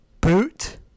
boot